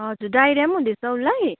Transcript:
हजुर डाइरिया पनि हुँदैछ उसलाई